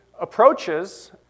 approaches